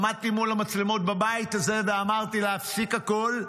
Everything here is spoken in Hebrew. עמדתי מול המצלמות בבית הזה ואמרתי להפסיק הכול,